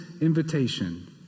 invitation